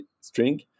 string